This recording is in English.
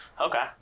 Okay